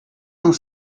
cent